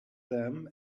them